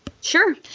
Sure